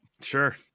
Sure